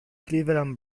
cleveland